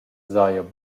s’haja